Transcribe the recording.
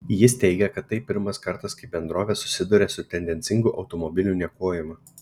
jis teigė kad tai pirmas kartas kai bendrovė susiduria su tendencingu automobilių niokojimu